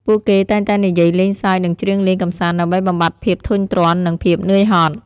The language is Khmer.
ពួកគេតែងតែនិយាយលេងសើចនិងច្រៀងលេងកម្សាន្តដើម្បីបំបាត់ភាពធុញទ្រាន់និងភាពនឿយហត់។